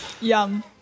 Yum